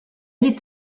llit